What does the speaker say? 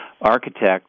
architect